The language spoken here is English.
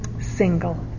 single